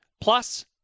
Plus